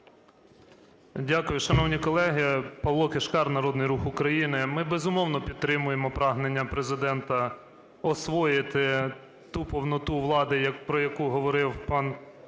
Дякую. Шановні колеги! Павло Кишкар, Народний Рух України. Ми, безумовно, підтримуємо прагнення Президента освоїти ту повноту влади, про яку говорив пан